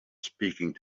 speaking